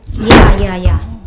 ya ya ya